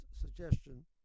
suggestion